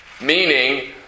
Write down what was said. Meaning